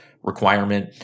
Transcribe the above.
Requirement